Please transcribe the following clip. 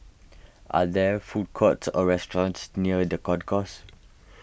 are there food courts or restaurants near the Concourse